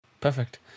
Perfect